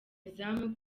izamu